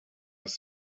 was